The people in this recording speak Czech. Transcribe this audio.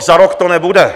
Za rok to nebude.